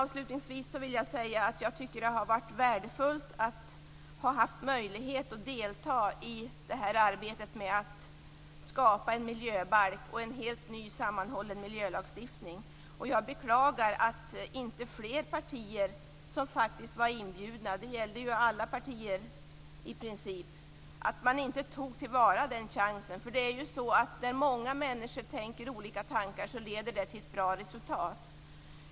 Avslutningsvis vill jag säga att jag tycker att det har varit värdefullt att ha haft möjlighet att delta i arbetet med att skapa en miljöbalk och en helt ny, sammanhållen miljölagstiftning. Jag beklagar att inte fler partier som var inbjudna - det gällde i princip alla partier - tog chansen. När många människor tänker olika tankar leder det till ett bra resultat.